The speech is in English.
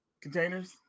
containers